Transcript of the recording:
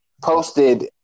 posted